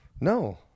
No